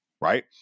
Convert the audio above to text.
right